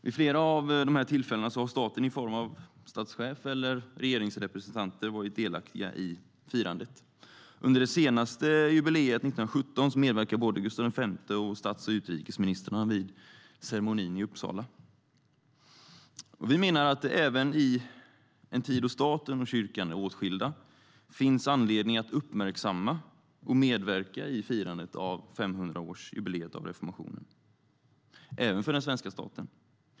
Vid flera av dessa tillfällen har staten i form av statschef eller regeringsrepresentanter varit delaktig i firandet. Under det senaste jubileet 1917 medverkade både Gustaf V och stats och utrikesministern vid ceremonin i Uppsala. Vi menar att det även i en tid då staten och kyrkan är åtskilda finns anledning att uppmärksamma och medverka i firandet av 500-årsjubileet av reformationen, även för den svenska staten.